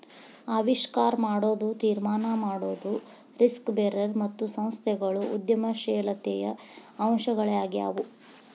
ಆವಿಷ್ಕಾರ ಮಾಡೊದು, ತೀರ್ಮಾನ ಮಾಡೊದು, ರಿಸ್ಕ್ ಬೇರರ್ ಮತ್ತು ಸಂಸ್ಥೆಗಳು ಉದ್ಯಮಶೇಲತೆಯ ಅಂಶಗಳಾಗ್ಯಾವು